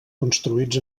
construïts